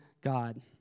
god